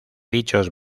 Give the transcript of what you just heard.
dichos